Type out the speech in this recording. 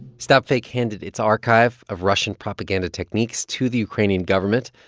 stopfake handed its archive of russian propaganda techniques to the ukrainian government,